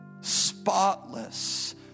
spotless